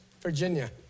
Virginia